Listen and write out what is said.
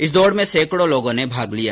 इस दौड में सैंकडो लोगों ने भाग लिया